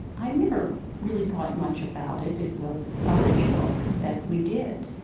i never really thought much about it. it was a ritual that we did.